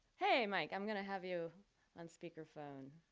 hey mike, i'm gonna have you on speakerphone,